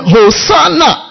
Hosanna